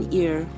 ear